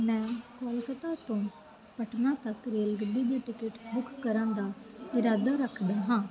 ਮੈਂ ਕੋਲਕਾਤਾ ਤੋਂ ਪਟਨਾ ਤੱਕ ਰੇਲਗੱਡੀ ਦੀ ਟਿਕਟ ਬੁੱਕ ਕਰਨ ਦਾ ਇਰਾਦਾ ਰੱਖਦਾ ਹਾਂ